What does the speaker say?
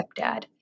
stepdad